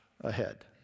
ahead